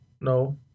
No